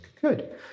Good